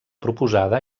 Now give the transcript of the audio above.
proposada